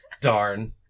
Darn